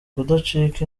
kudacika